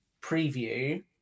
preview